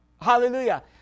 Hallelujah